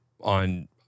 on